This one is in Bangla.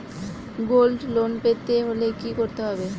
গোল্ড লোন পেতে হলে কি করতে হবে?